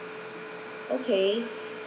okay